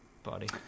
body